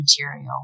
material